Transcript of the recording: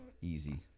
Easy